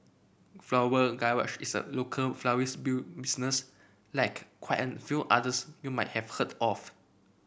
Floral Garage is a local florist built business like quite an few others you might have heard of